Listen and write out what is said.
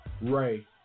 Ray